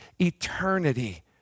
eternity